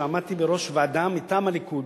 שעמדתי בראש ועדה מטעם הליכוד,